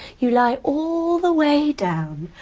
you lie all the way down,